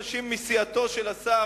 גם אנשים מסיעתו של השר,